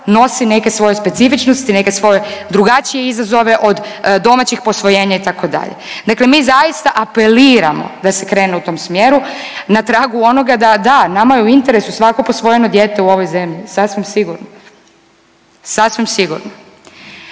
nosi neke svoje specifičnosti, neke svoje drugačije izazove od domaćih posvojenja, itd. Dakle mi zaista apeliramo da se krene u tom smjeru na tragu onoga da, da, nama je u interesu svako posvojeno dijete u ovoj zemlji, sasvim sigurno, sasvim sigurno.